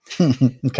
Okay